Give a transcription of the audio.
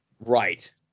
Right